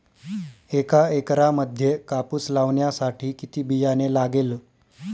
एका एकरामध्ये कापूस लावण्यासाठी किती बियाणे लागेल?